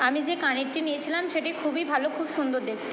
আমি যে কানেরটি নিয়েছিলাম সেটি খুবই ভালো খুব সুন্দর দেখতে